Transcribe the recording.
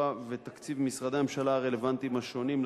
ותקציב ממשרדי הממשלה הרלוונטיים השונים,